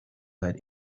had